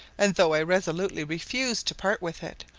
and though i resolutely refused to part with it,